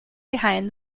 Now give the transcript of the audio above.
behind